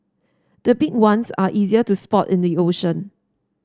the big ones are easier to spot in the ocean